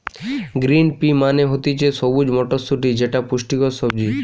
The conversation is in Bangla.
গ্রিন পি মানে হতিছে সবুজ মটরশুটি যেটা পুষ্টিকর সবজি